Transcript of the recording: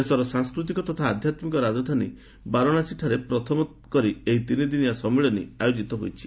ଦେଶର ସାଂସ୍କୃତିକ ତଥା ଆଧ୍ୟାତ୍ମିକ ରାଜଧାନୀ ବାରାଣାସୀଠାରେ ପ୍ରଥମ କରି ଏହି ତିନି ଦିନିଆ ସମ୍ମିଳନୀ ଆୟୋକିତ ହୋଇଛି